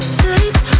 Chase